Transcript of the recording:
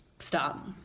Stop